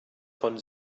von